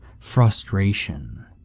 frustration